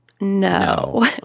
No